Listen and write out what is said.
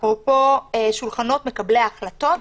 אפרופו שולחנות מקבלי ההחלטות,